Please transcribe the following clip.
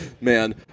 man